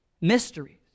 mysteries